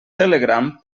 telegram